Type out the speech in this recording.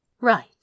Right